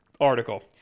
article